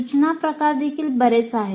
सूचना प्रकार देखील बरेच आहेत